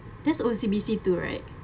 this O_C_B_C too right